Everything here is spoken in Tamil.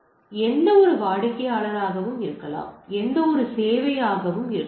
எனவே இது எந்தவொரு வாடிக்கையாளராகவும் இருக்கலாம் எந்தவொரு சேவையாகவும் இருக்கலாம்